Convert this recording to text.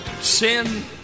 sin